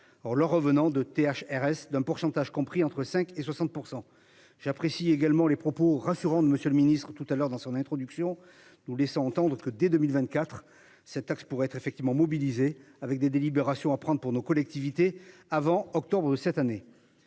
le revenant de Th RS d'un pourcentage compris entre 5 et 60%. J'apprécie également les propos rassurants de Monsieur le Ministre tout à l'heure dans son introduction, nous laissant entendre que, dès 2024, cette taxe pourrait être effectivement mobilisées avec des délibérations à prendre pour nos collectivités avant octobre de cette année.